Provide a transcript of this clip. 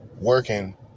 working